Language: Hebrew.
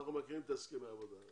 אנחנו מכירים את הסכמי העבודה.